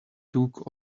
took